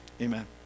Amen